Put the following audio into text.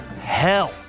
hell